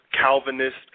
Calvinist